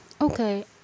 okay